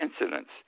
incidents